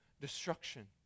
destruction